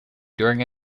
during